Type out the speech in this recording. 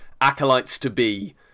Acolytes-to-be